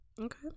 Okay